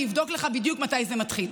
אני אבדוק לך בדיוק מתי זה מתחיל.